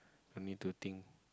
I need to think